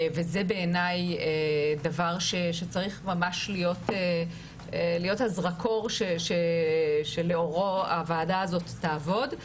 וזה בעיניי דבר שצריך ממש להיות הזרקור שלאורו הוועדה הזאת תעבוד.